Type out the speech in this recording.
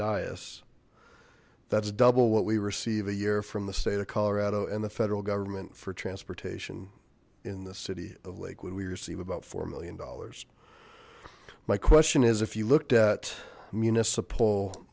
dais that's double what we receive a year from the state of colorado and the federal government for transportation in the city of lakewood we receive about four million dollars my question is if you looked at municipal